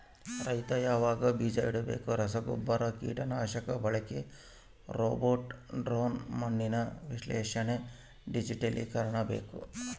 ರೈತ ಯಾವಾಗ ಬೀಜ ಇಡಬೇಕು ರಸಗುಬ್ಬರ ಕೀಟನಾಶಕ ಬಳಕೆ ರೋಬೋಟ್ ಡ್ರೋನ್ ಮಣ್ಣಿನ ವಿಶ್ಲೇಷಣೆ ಡಿಜಿಟಲೀಕರಣ ಬೇಕು